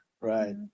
Right